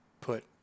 put